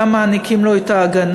גם מעניקים לו את ההגנה.